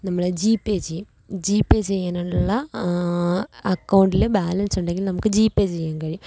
നമ്മള് G pay ചെയ്യും G pay ചെയ്യാനുള്ള അക്കൗണ്ടില് ബാലൻസ് ഉണ്ടെങ്കിൽ നമുക്ക് ജി പേ ചെയ്യാൻ കഴിയും